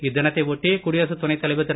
இத்தினத்தை ஒட்டி குடியரசுத் துணைத் தலைவர் திரு